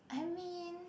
I mean